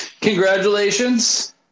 Congratulations